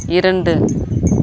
இரண்டு